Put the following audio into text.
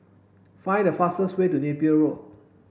find the fastest way to Napier Road